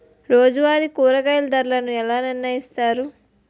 రోజువారి కూరగాయల ధరలను ఎలా నిర్ణయిస్తారు?